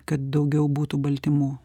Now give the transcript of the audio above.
kad daugiau būtų baltymų